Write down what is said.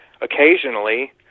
occasionally